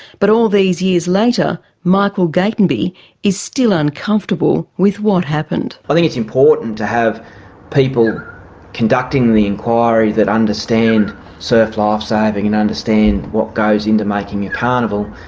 but all these years later, michael gatenby is still uncomfortable with what happened. i think it's important to have people conducting the inquiry that understand surf lifesaving and understand what goes into making a carnival.